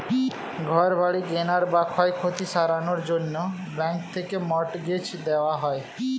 ঘর বাড়ি কেনার বা ক্ষয়ক্ষতি সারানোর জন্যে ব্যাঙ্ক থেকে মর্টগেজ দেওয়া হয়